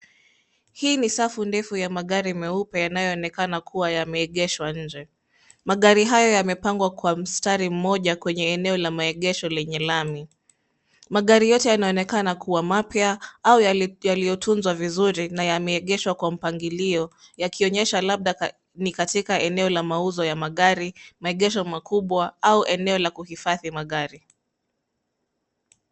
Hii ni safu ndefu ya magari meupe yanaonekana kuwa yameegeshwa nje. Magari hayo yamepangwa kwa mstari mmoja kwenye eneo la maegesho lenye lami. Magari yote yanaonekana kuwa mapya au yaliyotunzwa vizuri na yameegeshwa kwa mpangilio yakionyesha labda ni katika eneo la mauzo ya magari, maegesho makubwa au eneo la kuhifadhi magari.